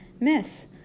Miss